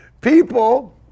People